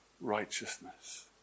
righteousness